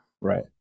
right